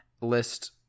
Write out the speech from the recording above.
list